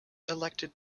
elected